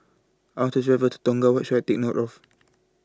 I want to travel to Tonga What should I Take note of